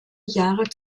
jahre